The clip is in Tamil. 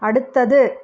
அடுத்தது